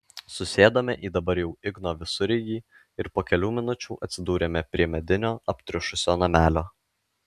susėdome į dabar jau igno visureigį ir po kelių minučių atsidūrėme prie medinio aptriušusio namelio